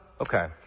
Okay